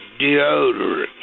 deodorant